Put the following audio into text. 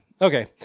okay